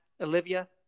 Olivia